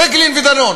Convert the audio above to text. פייגלין ודנון.